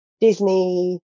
Disney